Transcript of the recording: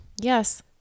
Yes